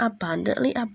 abundantly